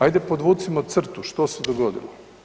Ajde podvucimo crtu, što se dogodilo?